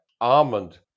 almond